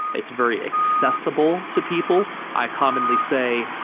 it's very accessible to people. i commonly say,